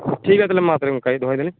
ᱴᱷᱤᱠ ᱜᱮᱭᱟ ᱛᱟᱦᱚᱞᱮ ᱢᱟ ᱱᱚᱝᱠᱟᱜᱮ ᱫᱚᱦᱚᱭᱫᱟᱞᱤᱧ